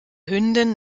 hündin